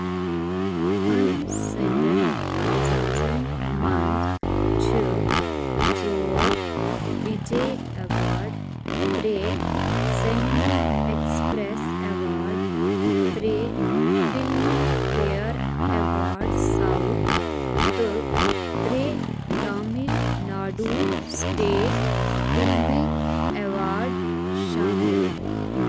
أمۍ سٕندۍ اعزازَن مَنز چھِ ژور وِجے اٮ۪واڈ ترے سینما اٮ۪کٕسپرٮ۪س اٮ۪واڈ ترے فِلمہٕ فِیَر اٮ۪واڈ سَوُتھ تہٕ ترے تامِل ناڈوٗ سِٹیٹ فلمی اٮ۪واڈ شامِل